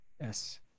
Yes